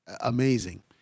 amazing